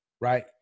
right